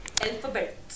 alphabet